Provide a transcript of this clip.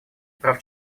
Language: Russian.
прав